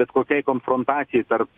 bet kokiai konfrontacijai tarp